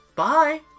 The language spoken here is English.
Bye